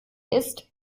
ist